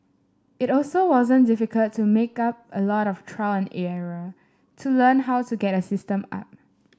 it also wasn't difficult to make up a lot of trial and error to learn how to get a system up